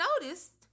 noticed